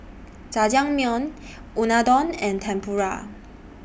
Jajangmyeon Unadon and Tempura